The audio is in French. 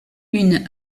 une